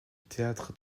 théâtre